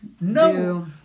No